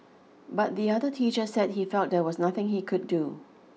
but the other teacher said he felt there was nothing he could do